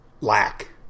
lack